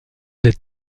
des